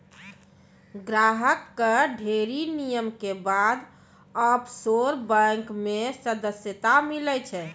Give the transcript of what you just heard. ग्राहक कअ ढ़ेरी नियम के बाद ऑफशोर बैंक मे सदस्यता मीलै छै